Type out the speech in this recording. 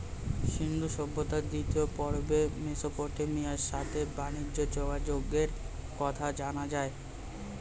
সিন্ধু সভ্যতার দ্বিতীয় পর্বে মেসোপটেমিয়ার সাথে বানিজ্যে যোগাযোগের কথা জানা যায়